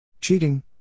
Cheating